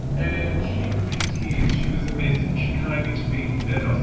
and she was in tears, she was a mess and she came in to me and